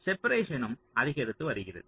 செப்பரேஷனும் அதிகரித்து வருகிறது